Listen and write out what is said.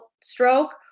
stroke